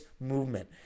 movement